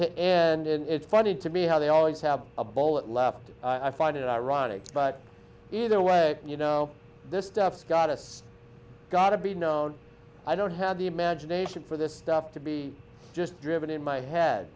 to and it's funny to me how they always have a bullet left i find it ironic but either way you know this stuff scott it's got to be known i don't have the imagination for this stuff to be just driven in my head